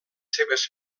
seves